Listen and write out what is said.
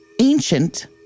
ancient